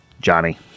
Johnny